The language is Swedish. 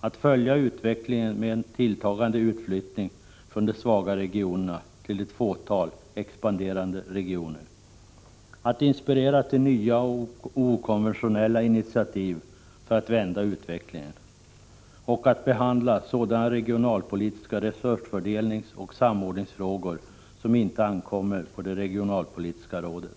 att följa utvecklingen med en tilltagande utflyttning från de svaga regionerna till ett fåtal expanderande regioner, att inspirera till nya och okonventionella initiativ för att vända utvecklingen och att behandla sådana regionalpolitiska resursfördelningsoch samordningsfrågor som inte ankommer på det regionalpolitiska rådet.